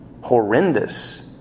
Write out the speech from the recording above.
horrendous